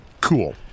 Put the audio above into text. Cool